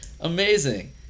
Amazing